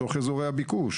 בתוך אזורי הביקוש,